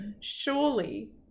surely